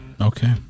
Okay